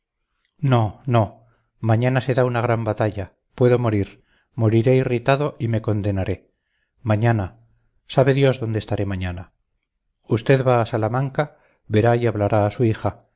no no mañana se da una gran batalla puedo morir moriré irritado y me condenaré mañana sabe dios dónde estaré mañana usted va a salamanca verá y hablará a su hija